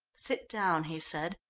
sit down, he said,